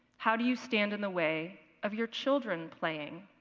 how do you stand in the way of your children playing